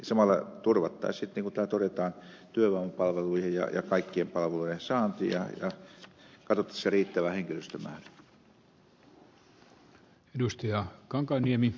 samalla turvattaisiin niin kuin täällä todetaan työvoimapalvelujen ja kaikkien palvelujen saanti ja katsottaisiin se riittävä henkilöstömäärä